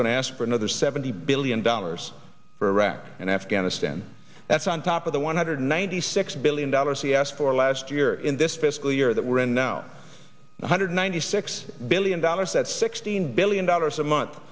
going to ask for another seventy billion dollars for iraq and afghanistan that's on top of the one hundred ninety six billion dollars he asked for last year in this fiscal year that we're in now one hundred ninety six billion dollars that's sixteen billion dollars a month